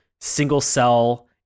single-cell